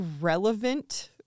relevant